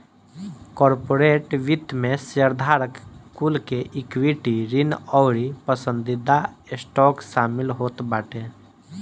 corporate वित्त में शेयरधारक कुल के इक्विटी, ऋण अउरी पसंदीदा स्टॉक शामिल होत बाटे